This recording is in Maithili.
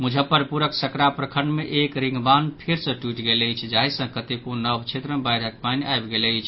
मुजफ्फरपुरक सकरा प्रखंड मे एक रिंगबान्ह फेर सँ टूटि गेल अछि जाहि सँ कतेको नव क्षेत्र मे बाढ़िक पानि आबि गेल अछि